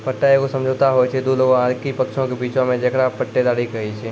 पट्टा एगो समझौता होय छै दु लोगो आकि पक्षों के बीचो मे जेकरा पट्टेदारी कही छै